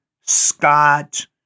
Scott